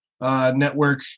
network